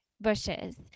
bushes